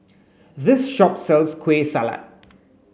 this shop sells Kueh Salat